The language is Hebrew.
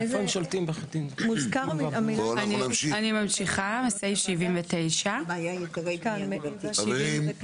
אני ממשיכה מסעיף 79. חברים.